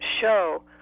show